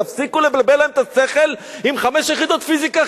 תפסיקו לבלבל להם את השכל עם חמש יחידות פיזיקה,